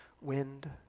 wind